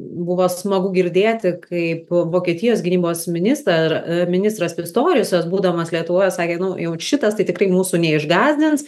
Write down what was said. buvo smagu girdėti kaip vokietijos gynybos ministar ministras pistoriusas būdamas lietuvoje sakė nu jau šitas tai tikrai mūsų neišgąsdins